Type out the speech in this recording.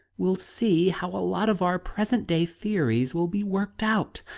we'll see how a lot of our present day theories will be worked out!